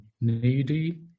needy